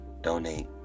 donate